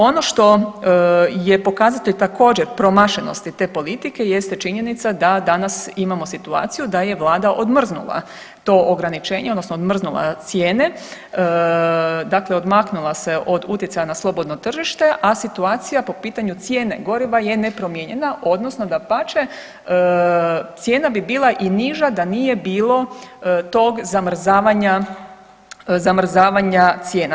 Ono što je pokazatelj također promašenosti te politike jeste činjenica da danas imamo situaciju da je Vlada odmrznula to ograničenje, odnosno odmrznula cijene, dakle odmaknula se od utjecaja na slobodno tržište, a situacija po pitanju cijene goriva je nepromijenjena, odnosno dapače cijena bi bila i niža da nije bilo tog zamrzavanja cijena.